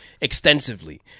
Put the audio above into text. extensively